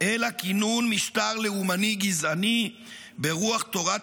אלא כינון משטר לאומני גזעני ברוח תורת